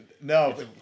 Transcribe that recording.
No